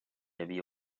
havia